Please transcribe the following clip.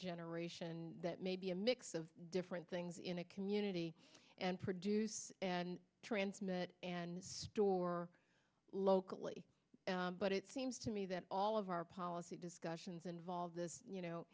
generation that may be a mix of different things in a community and produce and transmit and store locally but it seems to me that all of our policy discussions involve this